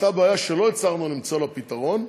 עלתה בעיה שלא הצלחנו למצוא לה פתרון,